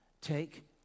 take